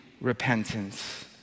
repentance